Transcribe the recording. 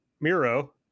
Miro